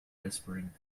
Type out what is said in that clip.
whispering